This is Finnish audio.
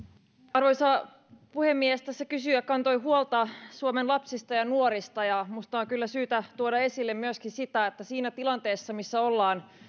arvoisa puhemies tässä kysyjä kantoi huolta suomen lapsista ja nuorista ja minusta on kyllä syytä tuoda esille myöskin sitä että siinä tilanteessa missä ollaan